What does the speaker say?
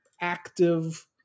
active